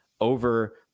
over